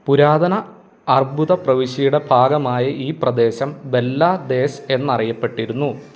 പുരാതന അർബുദ പ്രവിശ്യയുടെ ഭാഗമായി ഈ പ്രദേശം ബല്ലാദേശ് എന്നറിയപ്പെട്ടിരുന്നു